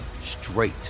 straight